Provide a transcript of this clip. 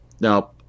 Now